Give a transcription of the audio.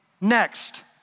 next